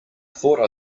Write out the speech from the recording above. thought